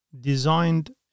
designed